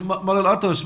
מר אלאטרש,